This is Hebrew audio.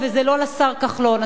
וזה לא לשר כחלון,